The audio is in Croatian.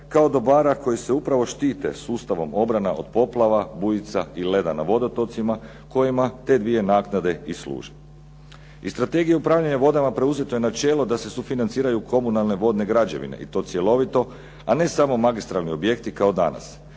kao dobara koje se upravo štite sustavom od obrane od poplava, bujica i leda na vodotocima kojima te naknade i služe. Iz Strategije upravljanja vodama preuzeto je načelo da se sufinanciraju komunalne vodne građevine i to cjelovito, a ne samo magistralni objekti kao danas,